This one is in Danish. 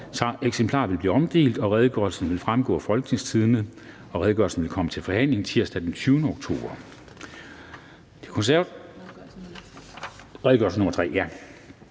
Eksemplarer vil blive omdelt, og redegørelsen vil fremgå af www.folketingstidende.dk. Redegørelsen vil komme til forhandling tirsdag den 20. oktober